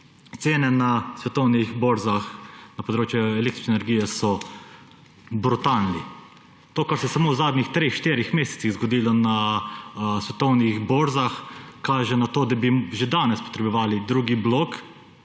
Cene na svetovnih borzah na področju električne energije so brutalne. To, kar se samo v zadnjih treh, štirih mesecih zgodilo na svetovnih borzah, kaže na to, da bi že danes potrebovali drugi blok;